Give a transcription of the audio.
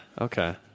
okay